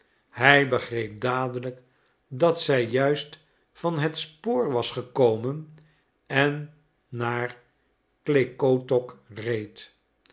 hij begreep dadelijk dat zij juist van het spoor was gekomen en naar klekotok reed